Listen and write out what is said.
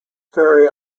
ferry